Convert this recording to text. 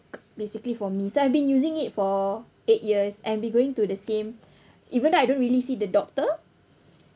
basically for me so I've been using it for eight years I been going to the same even though I don't really see the doctor